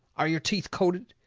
are your teeth coated?